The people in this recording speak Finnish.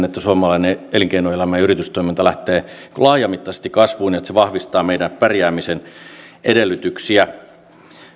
että suomalainen elinkeinoelämä ja yritystoiminta lähtee laajamittaisesti kasvuun ja että se vahvistaa meidän pärjäämisen edellytyksiä